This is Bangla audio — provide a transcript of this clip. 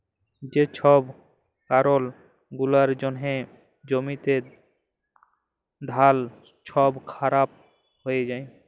যে ছব কারল গুলার জ্যনহে জ্যমিতে ধাল ছব খারাপ হঁয়ে যায়